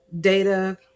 data